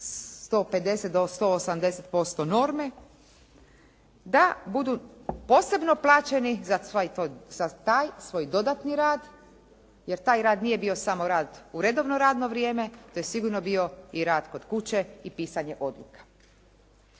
150 do 180% norme da budu posebno plaćeni za taj svoj dodatni rad jer taj rad nije bio samo rad u redovno radno vrijeme. To je sigurno bio i rad kod kuće i pisanje odluka.